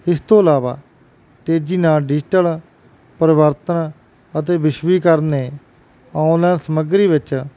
ਇਸ ਤੋਂ ਇਲਾਵਾ ਤੇਜੀ ਨਾਲ ਡਿਜੀਟਲ ਪਰਿਵਰਤਨ ਅਤੇ ਵਿਸ਼ਵੀਕਰਨ ਨੇ ਆਨਲਾਈਨ ਸਮੱਗਰੀ ਵਿੱਚ